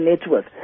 network